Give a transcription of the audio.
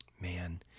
Man